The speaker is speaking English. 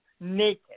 naked